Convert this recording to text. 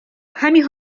همین